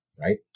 right